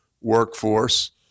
workforce